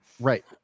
Right